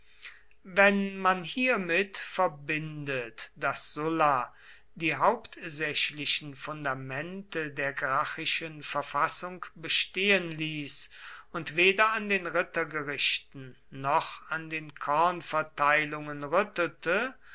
wenn man hiermit verbindet daß sulla die hauptsächlichen fundamente der gracchischen verfassung bestehen ließ und weder an den rittergerichten noch an den kornverteilungen rüttelte